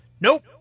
Nope